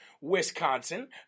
Wisconsin